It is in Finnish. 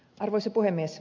arvoisa puhemies